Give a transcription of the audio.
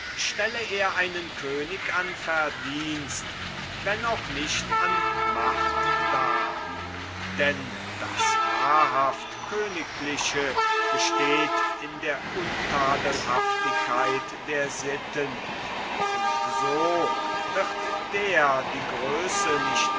stelle er einen könig an verdienst wenn auch nicht an macht dar denn das wahrhaft königliche besteht in der untadelhaftigkeit der sitten und so wird der die größe nicht